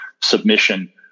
submission